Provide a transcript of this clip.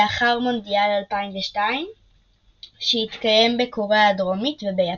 לאחר מונדיאל 2002 שהתקיים בקוריאה הדרומית וביפן.